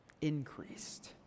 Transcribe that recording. increased